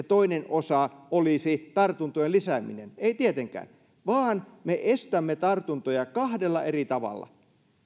toinen osa olisi tartuntojen lisääminen ei tietenkään vaan me estämme tartuntoja kahdella eri tavalla